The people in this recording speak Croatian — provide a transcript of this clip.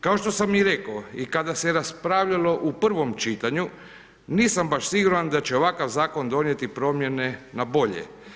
Kao što sam i reko i kada se raspravljalo u prvom čitanju nisam baš siguran da će ovakav zakon donijeti promjene na bolje.